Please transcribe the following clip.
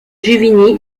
juvigny